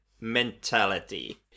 mentality